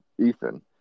Ethan